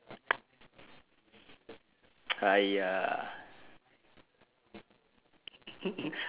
!aiya!